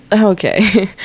okay